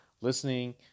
listening